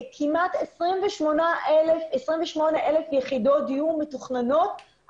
היו לנו בעבר 96,000 דונם והיום אנחנו קרוב ל-91,000 דונם.